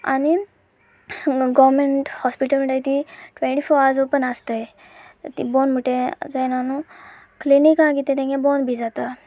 आनी government hospital म्हणटा तीं ट्वेंटी फोर अवर्स ओपन आसतात ती बंद म्हणटा तें जायना न्हय क्लिनिका कितें तांचें बंद बी जाता